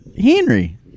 Henry